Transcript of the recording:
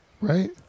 right